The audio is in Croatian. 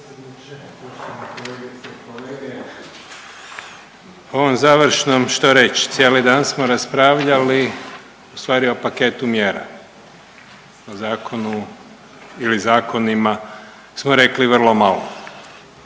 završnom što reć, cijeli dan smo raspravljali ustvari o paketu mjera, o zakonu ili zakonima smo rekli vrlo malo.